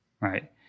Right